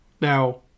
Now